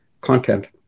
content